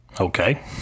Okay